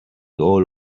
hall